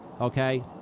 Okay